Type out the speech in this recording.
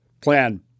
plan